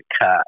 cut